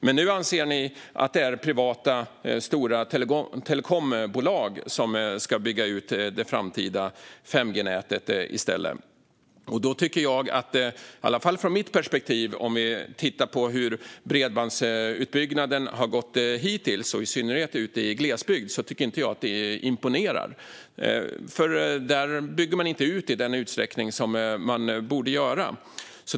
Men nu anser ni i stället att det är privata stora telekombolag som ska bygga ut det framtida 5G-nätet. Då kan vi jämföra med hur det har gått med bredbandsutbyggnaden hittills. Det är inget som imponerar, i synnerhet inte i glesbygden, som jag ser det från mitt perspektiv. Man bygger inte ut i den utsträckning som man borde göra.